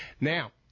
Now